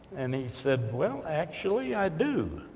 and he said, well, actually, i do,